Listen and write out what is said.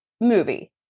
movie